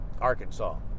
Arkansas